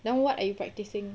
then what are you practising